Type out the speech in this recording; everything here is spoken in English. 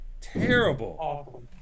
Terrible